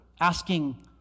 asking